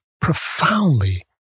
profoundly